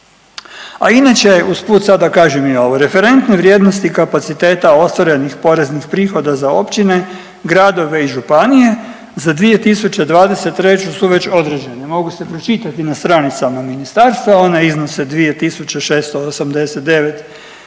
A inače usput sad da kažem i ovo. Referentne vrijednosti kapaciteta ostvarenih poreznih prihoda za općine, gradove i županije za 2023. su već određene. Mogu se pročitati na stranicama ministarstva. Ona iznose 2689,82